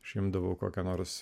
išimdavau kokia nors